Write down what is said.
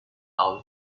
out